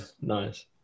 nice